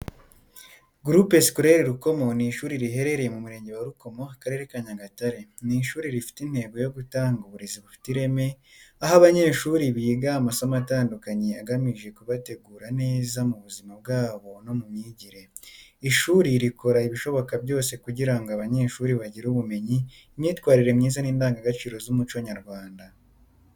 Groupe Scolaire Rukomo ni ishuri riherereye mu Murenge wa Rukomo, Akarere ka Nyagatare. Ni ishuri rifite intego yo gutanga uburezi bufite ireme, aho abanyeshuri biga amasomo atandukanye agamije kubategura neza mu buzima bwabo no mu myigire. Ishuri rikora ibishoboka byose kugira ngo abanyeshuri bagire ubumenyi, imyitwarire myiza, n’indangagaciro z’umuco nyarwanda.